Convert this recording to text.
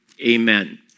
amen